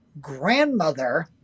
Grandmother